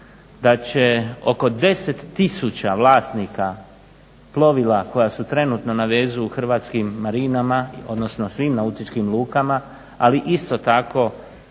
da će oko 10 tisuća vlasnika plovila koja su trenutno na vezu u hrvatskim marinama odnosno svim nautičkim lukama, ali isto tako